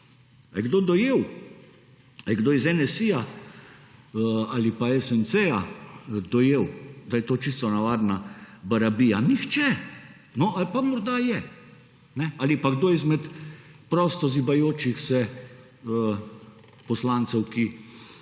je kdo dojel, ali je kdo iz NSi ali pa SMC dojel, da je to čisto navadna barabija? Nihče. No, ali pa morda je. Ali pa kdo izmed prosto zibajočih se poslancev, ki